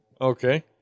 Okay